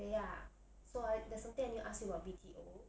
eh ya so right there is something I want to ask you about B_T_O